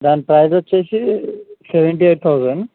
దాని ప్రైజ్ వచ్చేసి seventy eight thousand